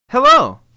Hello